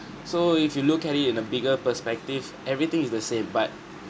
so if you look at it in a bigger perspective everything is the same but